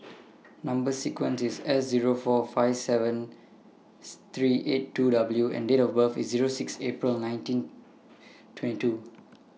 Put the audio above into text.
Number sequence IS S Zero four five seven three eight two W and Date of birth IS Zero six April nineteen twenty two